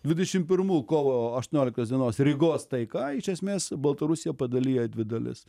dvidešim pirmų kovo aštuonioliktos dienos rygos taika iš esmės baltarusiją padalija į dvi dalis